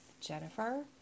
jennifer